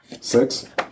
Six